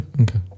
Okay